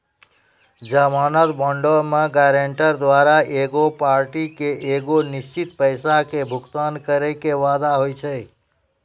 जमानत बांडो मे गायरंटर द्वारा एगो पार्टी के एगो निश्चित पैसा के भुगतान करै के वादा होय छै